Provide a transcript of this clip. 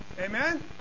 Amen